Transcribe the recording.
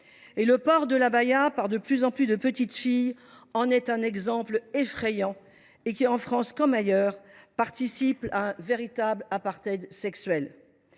Le port de l’abaya par de plus en plus de petites filles en est un exemple effrayant qui, en France comme ailleurs, contribue à un véritable apartheid sexuel.